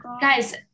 Guys